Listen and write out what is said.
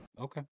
Okay